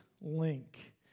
link